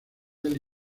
del